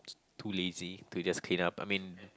too lazy to just clean up I mean